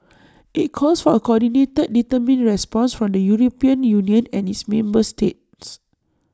IT calls for A coordinated determined response from the european union and its member states